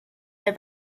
der